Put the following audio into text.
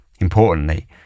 Importantly